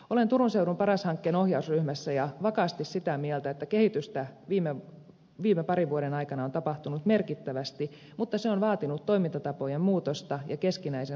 olen turun seudun paras hankkeen ohjausryhmässä ja vakaasti sitä mieltä että kehitystä parin viime vuoden aikana on tapahtunut merkittävästi mutta se on vaatinut toimintatapojen muutosta ja keskinäisen luottamuksen rakentamista